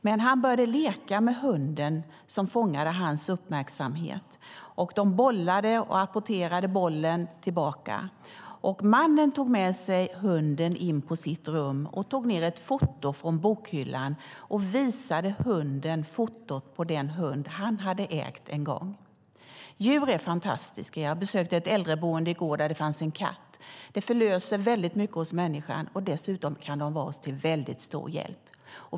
Men han började leka med hunden där som fångade hans uppmärksamhet. De bollade, och hunden apporterade bollen tillbaka. Mannen tog med sig hunden in på sitt rum, tog ned ett foto från bokhyllan och visade hunden fotot på den hund han hade ägt en gång. Djur är fantastiska. Jag besökte ett äldreboende i går där det finns en katt. Att ha en katt förlöser väldigt mycket hos människan och kan vara till stor hjälp.